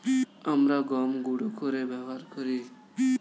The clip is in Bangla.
আমরা গম গুঁড়ো করে ব্যবহার করি